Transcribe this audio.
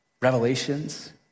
revelations